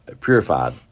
purified